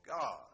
God